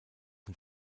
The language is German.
den